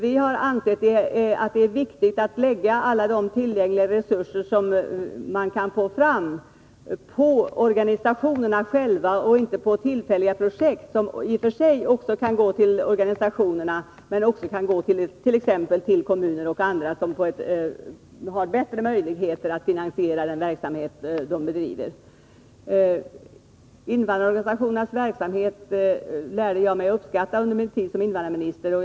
Vi anser att det är viktigt att lägga alla de tillgängliga resurser som man kan få fram på organisationerna själva och inte på tillfälliga projekt, som i och för sig kan hänföras till organisationerna men också till kommuner och andra som har bättre möjligheter att finansiera den verksamhet de bedriver. Under min tid som invandrarminister lärde jag mig uppskatta invandrarorganisationernas verksamhet.